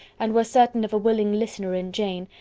and was certain of a willing listener in jane,